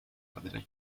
ardere